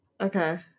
okay